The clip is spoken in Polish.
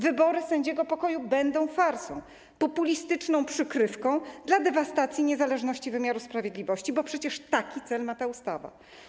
Wybory sędziego pokoju będą farsą, populistyczną przykrywką dla dewastacji niezależności wymiaru sprawiedliwości, bo przecież taki cel ma ta ustawa.